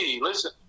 Listen